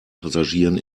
passagieren